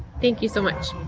thank you so much.